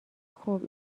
خوب